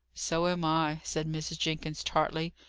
so am i, said mrs. jenkins, tartly.